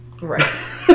Right